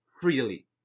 freely